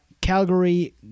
Calgary